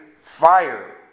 fire